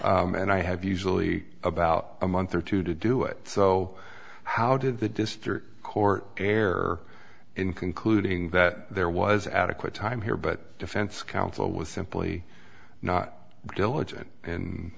and i have usually about a month or two to do it so how did the district court err in concluding that there was adequate time here but defense counsel was simply not diligent